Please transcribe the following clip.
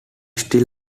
still